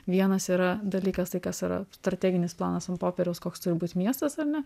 vienas yra dalykas tai kas yra trateginis planas ant popieriaus koks turi būt miestas ar ne